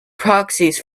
proxies